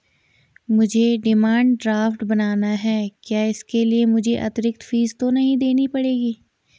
मुझे demand draft बनाना है क्या इसके लिए मुझे अतिरिक्त फीस तो नहीं देनी पड़ेगी?